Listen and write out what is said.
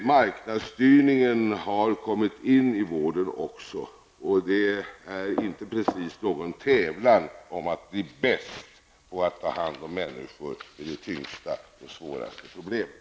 Marknadsstyrningen har också kommit in i vården. Det är inte precis någon tävlan om att bli bäst på att ta hand om människor med de tyngsta och svåraste problemen.